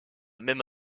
même